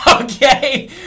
okay